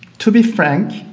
to be frank,